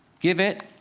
give it